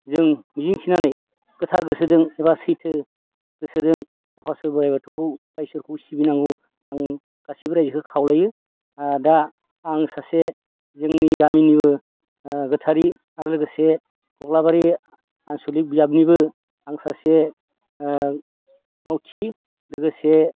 जों मिजिं थिनानै गोथार गोसोजों एबा सैथो गोसोजों आफा इसोर बोराइ बाथौखौ बा इसोरखौ सिबिनांगौ आं गासिबो रायजोखौ खावलायो ओ दा आं सासे जोंनि गामिनिनो ओ गोथारि आरो लोगोसे कख्लाबारि आनसलिक बियाबनिबो आं सासे ओ मावथि लोगोसे